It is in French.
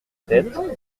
tête